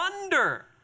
wonder